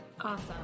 Awesome